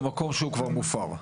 במקום שהוא כבר מופר?